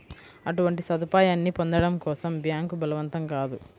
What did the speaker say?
అటువంటి సదుపాయాన్ని పొందడం కోసం బ్యాంక్ బలవంతం కాదు